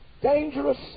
Dangerous